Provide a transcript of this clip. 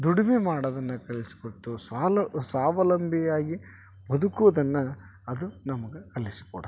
ದುಡಿಮೆ ಮಾಡೋದನ್ನು ಕಲಿಸಿಕೊಡ್ತು ಸ್ವಾಲ್ ಸ್ವಾವಲಂಬಿಯಾಗಿ ಬದುಕುವುದನ್ನು ಅದು ನಮ್ಗೆ ಕಲಿಸಿಕೊಡ್ತು